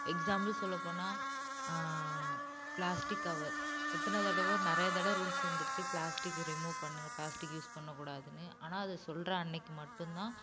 example சொல்ல போனா plastic cover எத்தனை தடவை நிறையா தடவை ரூல்ஸ் வந்துருச்சு பிளாஸ்டிக் ரிமூவ் பண்ணுங்க பிளாஸ்டிக் யூஸ் பண்ணக்கூடாதுன்னு ஆனால் அதை சொல்கிற அன்னைக்கு மட்டும்தான்